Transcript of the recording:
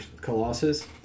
Colossus